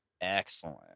excellent